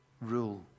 rule